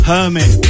Hermit